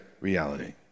reality